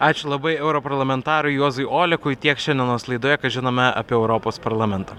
ačiū labai europarlamentarui juozui olekui tiek šiandienos laidoje ką žinome apie europos parlamentą